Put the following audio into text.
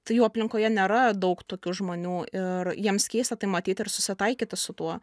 tai jų aplinkoje nėra daug tokių žmonių ir jiems keista tai matyt ir susitaikyti su tuo